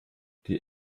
die